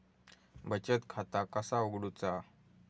बचत खाता कसा उघडूचा?